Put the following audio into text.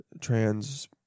trans